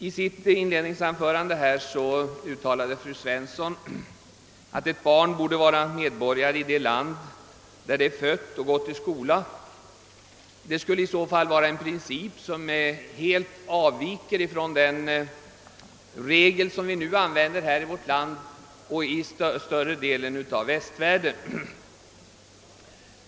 I sitt inledningsanförande uttalade fru Svensson att ett barn borde vara medborgare i det land där det är fött och gått i skola. Detta skulle vara en princip som helt avviker från den som nu tillämpas i vårt land liksom i större delen av västvärlden.